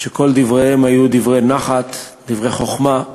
שכל דבריהם היו דברי נחת, דברי חוכמה,